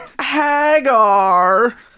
Hagar